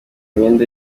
imyenda